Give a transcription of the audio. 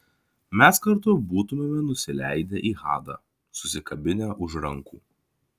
mes kartu būtumėme nusileidę į hadą susikabinę už rankų